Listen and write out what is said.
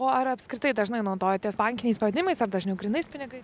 o ar apskritai dažnai naudojatės bankiniais pavedimais ar dažniau grynais pinigais